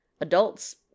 Adults